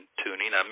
tuning